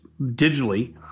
digitally